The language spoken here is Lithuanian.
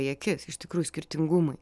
į akis iš tikrųjų skirtingumai